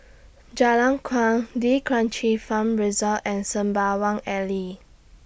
Jalan Kuang D'Kranji Farm Resort and Sembawang Alley